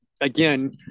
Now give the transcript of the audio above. again